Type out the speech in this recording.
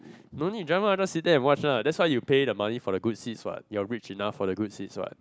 no need jump lah just sit there and watch lah that's why you pay the money for the good seats what you are rich enough for the good seats what